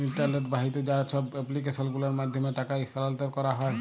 ইলটারলেট বাহিত যা ছব এপ্লিক্যাসল গুলার মাধ্যমে টাকা ইস্থালাল্তর ক্যারা হ্যয়